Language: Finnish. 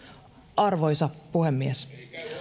arvoisa puhemies